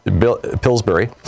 Pillsbury